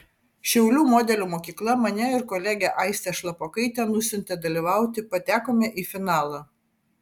šiaulių modelių mokykla mane ir kolegę aistę šlapokaitę nusiuntė dalyvauti patekome į finalą